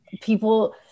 people